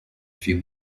few